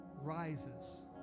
rises